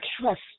trust